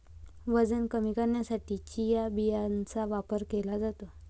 वजन कमी करण्यासाठी चिया बियांचा वापर केला जातो